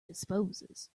disposes